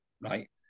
right